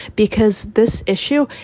because this issue,